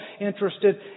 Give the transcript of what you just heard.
interested